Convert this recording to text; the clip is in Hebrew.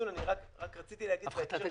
אדוני